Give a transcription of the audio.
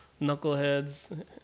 knuckleheads